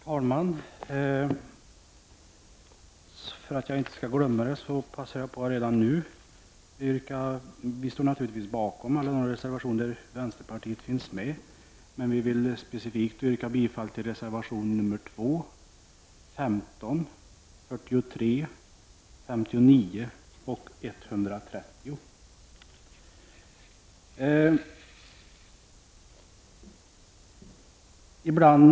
Herr talman! För att jag inte skall glömma bort det passar jag redan nu på att specifikt yrka bifall till reservationerna 2, 15, 43, 59 och 130, men vi i vänsterpartiet står naturligtvis bakom alla de reservationer som vi har fogat till betänkandet.